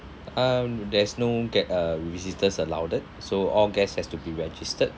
um there's no guest uh visitors allowed so all guest has to be registered